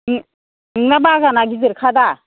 नों नोंना बागाना गिदिरखादा